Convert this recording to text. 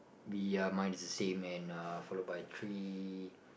B M mine is the same man followed by three